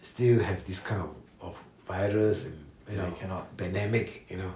still have this kind of of virus and you know pandemic you know